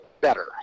better